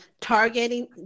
targeting